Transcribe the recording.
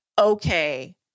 okay